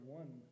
one